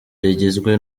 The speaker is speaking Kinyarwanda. rigizwe